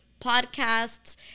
Podcasts